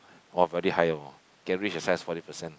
!wah! very high orh can reach excess forty percent